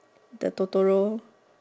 the Totoro